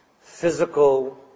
physical